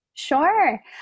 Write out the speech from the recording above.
Sure